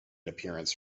appearance